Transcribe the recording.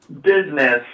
business